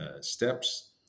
steps